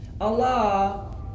Allah